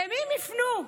למי הן יפנו?